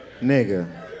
Nigga